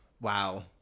wow